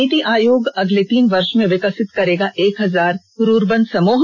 नीति आयोग अगले तीन वर्ष में विकसित करेगा एक हजार रर्बन समूह